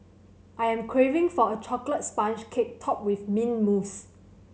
I am craving for a chocolate sponge cake topped with mint mousse